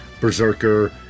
berserker